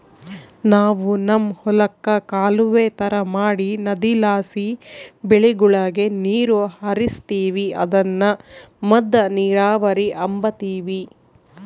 ನಾವು ನಮ್ ಹೊಲುಕ್ಕ ಕಾಲುವೆ ತರ ಮಾಡಿ ನದಿಲಾಸಿ ಬೆಳೆಗುಳಗೆ ನೀರು ಹರಿಸ್ತೀವಿ ಅದುನ್ನ ಮದ್ದ ನೀರಾವರಿ ಅಂಬತೀವಿ